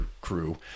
crew